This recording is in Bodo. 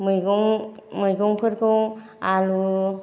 मैगंफोरखौ आलु